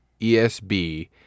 ESB